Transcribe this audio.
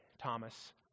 Thomas